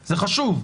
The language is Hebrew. וזה חשוב,